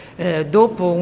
Dopo